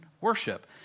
worship